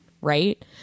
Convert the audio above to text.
right